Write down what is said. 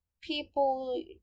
people